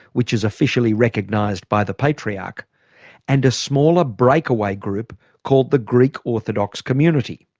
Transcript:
which is officially recognised by the patriarch and a smaller breakaway group called the greek orthodox community.